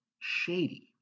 shady